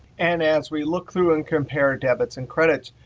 and as we look through and compare debits and credits,